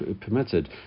permitted